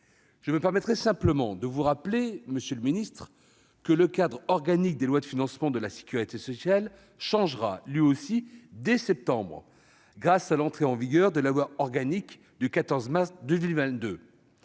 Je me permettrai simplement de vous rappeler, monsieur le ministre, que le cadre organique des lois de financement de la sécurité sociale changera, lui aussi, dès le mois de septembre, grâce à l'entrée en vigueur de la loi organique du 14 mars 2022.